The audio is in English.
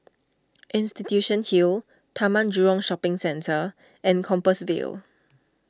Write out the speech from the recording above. Institution Hill Taman Jurong Shopping Centre and Compassvale